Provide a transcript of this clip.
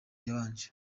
yabanje